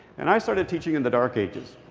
and i started teaching in the dark ages.